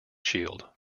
shield